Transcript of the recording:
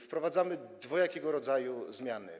Wprowadzamy dwojakiego rodzaju zmiany.